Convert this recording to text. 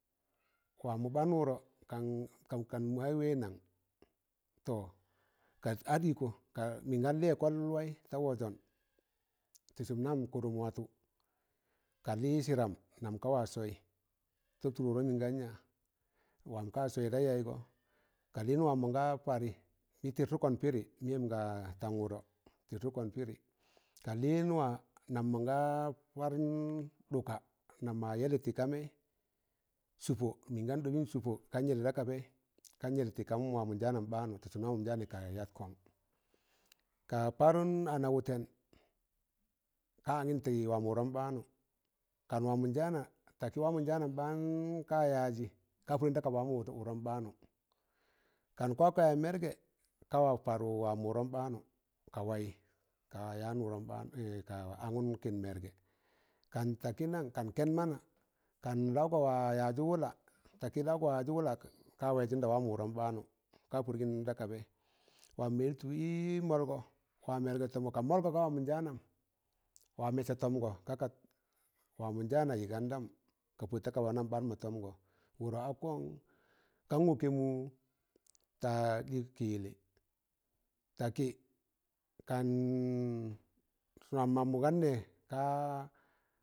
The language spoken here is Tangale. Wamọ ɓan wụrọ kan kan mụ waị wẹ naang, tọ kas ar ịkọ mịn gan lịyẹ kọl waị ta wọzọn, tị sụm nam kụdụm watọ, ka lị sịdam nam ka wa sọọyị, tob tụl wụrọm mịn gan ya wam ka sọọyị da yaịgọ ka lịn wam mọga parị, mị tịrtụkọn pịdị mịyẹm ga tang wụdọ, tịrtụkọn pịdị. Ka lịn wa nam mọnga panụm ɗụka nam mọ yẹlị tị kamẹị sụpọ, mịn gan ɗọbị sụpọ, kan yẹlị da kabẹị kan yẹlị tị kam wamọ njaanam ɓaanụ tị sụm nan wamọ njaanị kayat kọng ka parụn ana wụtẹn ka anyiṇ tị wamọ wụ rọm ɓaanụ kan wamọ njaana, takị wamọ njaanam ɓaan ka yajị ka pọdịnda kaba wamọ wụdọm ɓaanụ, kanu wamon jaana takị wamon jaan ɓaanu ka yazi ka podin ta kaab wudun ɓaanu, kan ka yaaz mẹrgẹ ka parọka yaan wụrọm ɓaan ka anụm kịn mẹrgẹ kan takị nan kan kẹn mana kan laugọ wa yaazọ wụla takị laugọ wa yaji wula ka wịjịn da wamọ wuɗọn ɓaanụ ka pọrgịn da kabaị, wam mọ ịltụ ị mọlgọ, wa mergẹ tọmgọ ka mọlgọ ga wamọ njaanụm, wa mẹsẹ tọmgọ ka ka wamọ njaanayị gandam ka pọd takaba nam ɓaan ma tọmgọ, wụro a kọn kan wọkẹ mụ kaa ɓịg kị yịllị takị kan wam mamụ gan nee kaa,